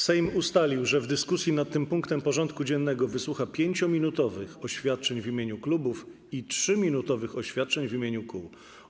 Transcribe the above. Sejm ustalił, że w dyskusji nad tym punktem porządku dziennego wysłucha 5-minutowych oświadczeń w imieniu klubów i 3-minutowych oświadczeń w imieniu kół.